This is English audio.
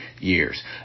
years